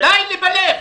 די לבלף.